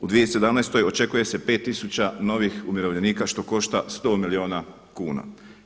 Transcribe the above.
U 2017. očekuje se 5000 novih umirovljenika što košta 100 milijuna kuna.